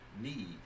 need